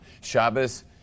Shabbos